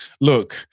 look